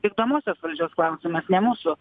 vykdomosios valdžios klausimas ne mūsų